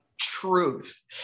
truth